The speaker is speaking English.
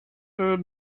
had